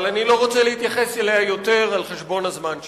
אבל אני לא רוצה להתייחס אליה יותר על חשבון הזמן שלי.